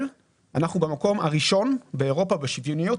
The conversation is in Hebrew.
אנחנו במקום הראשון באירופה בשוויוניות,